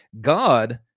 God